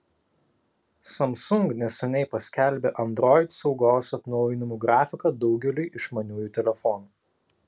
samsung neseniai paskelbė android saugos atnaujinimų grafiką daugeliui išmaniųjų telefonų